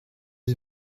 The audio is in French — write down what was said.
est